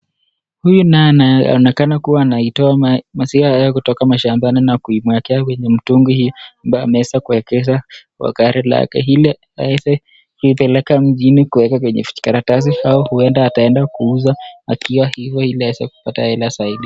Huyu naye anaonekana kuwa anaitoa maziwa yake kutoka mashambani na kuimwaga kwenye mtungi huo ambao ameweza kuwekeza kwa gari lake ile aweze kuipeleka mjini kuweka kwenye karatasi au huenda ataenda kuuza akiwa hivyo ili aweze kupata hela zaidi.